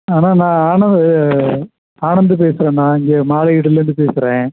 அண்ணா நான் ஆன ஆனந்த் பேசுகிறேண்ணா இங்கே மாலையீடுலேருந்து பேசுகிறேன்